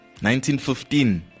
1915